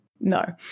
no